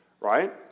right